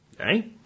Okay